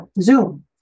Zoom